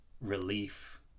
relief